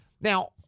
Now